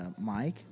Mike